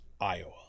Iowa